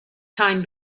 time